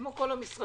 כמו של כל המשרדים,